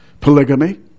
Polygamy